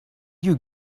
you